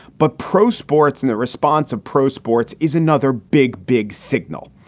but pro sports and the response of pro sports is another big, big signal.